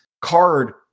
card